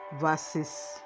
verses